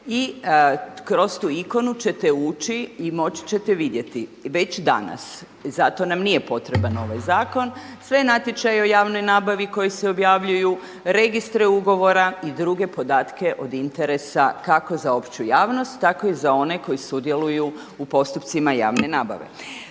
i kroz tu ikonu ćete ući i moći ćete vidjet već danas. Zato nam nije potreban ovaj zakon, sve natječaje o javnoj nabavi koji se objavljuju, registre ugovora i druge podatke od interesa kako za opću javnost tako i za one koji sudjeluju u postupcima javne nabave.